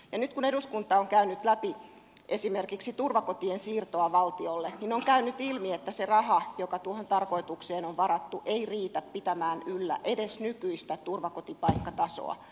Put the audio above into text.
nyt kun eduskunta on käynyt läpi esimerkiksi turvakotien siirtoa valtiolle on käynyt ilmi että se raha joka tuohon tarkoitukseen on varattu ei riitä pitämään yllä edes nykyistä turvakotipaikkatasoa